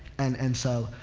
and, and so,